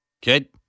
Kid